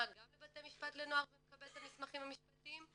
גם לבתי משפט לנוער ומקבלת את המסמכים המשפטיים,